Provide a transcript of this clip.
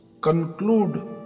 conclude